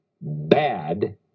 bad